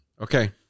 Okay